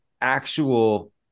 actual